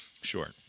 Sure